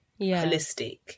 holistic